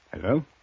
Hello